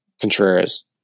Contreras